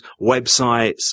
websites